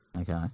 Okay